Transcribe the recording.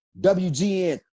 WGN